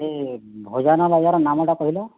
ସେ ଭୋଜନ ଜାଗାର ନାମଟା କହିଲ